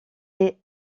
est